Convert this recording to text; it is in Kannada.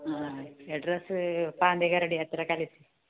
ಹಾಂ ಎಡ್ರೆಸ್ಸ್ ಪಾಂಡಿ ಗರಡಿ ಹತ್ತಿರ ಕಳಿಸಿ